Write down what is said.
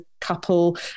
couple